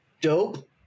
Dope